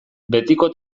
betiko